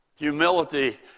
Humility